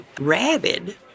rabid